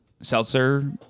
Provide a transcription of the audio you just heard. Seltzer